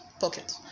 pocket